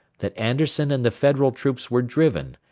that anderson and the federal troops were driven,